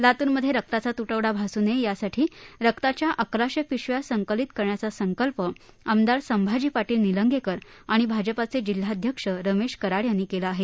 लातूरमध्ये रक्ताचा त्टवडा भासू नये यासाठी रक्ताच्या अकराशे पिशव्या संकलित करण्याचा संकल्प आमदार संभाजी पाटील निलंगेकर आणि भाजपाचे जिल्हाध्यक्ष रमेश कराड यांनी केला आहे